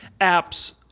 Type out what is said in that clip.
apps